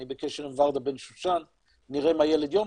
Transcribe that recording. אני בקשר עם ורדה בן שושן ונראה מה יילד יום.